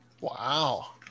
wow